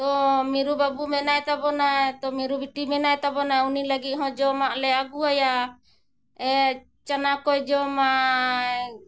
ᱛᱚ ᱢᱤᱨᱩ ᱵᱟᱵᱩ ᱢᱮᱱᱟᱭ ᱛᱟᱵᱚᱱᱟᱭ ᱛᱚ ᱢᱤᱨᱩ ᱵᱤᱴᱤ ᱢᱮᱱᱟᱭ ᱛᱟᱵᱚᱱᱟ ᱩᱱᱤ ᱞᱟᱹᱜᱤᱫ ᱦᱚᱸ ᱡᱚᱢᱟᱜ ᱞᱮ ᱟᱹᱜᱩᱣᱟᱭᱟ ᱪᱟᱱᱟ ᱠᱚᱭ ᱡᱚᱢᱟᱭ